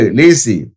lazy